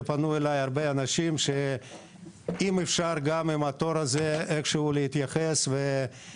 פנו אליי הרבה אנשים בבקשה אם אפשר גם עם התור הזה להתייחס אליהם,